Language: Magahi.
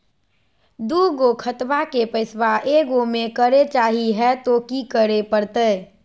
दू गो खतवा के पैसवा ए गो मे करे चाही हय तो कि करे परते?